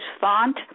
font